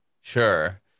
Sure